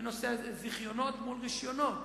בנושא הזיכיונות מול הרשיונות.